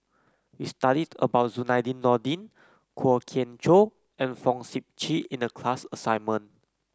we studied about Zainudin Nordin Kwok Kian Chow and Fong Sip Chee in the class assignment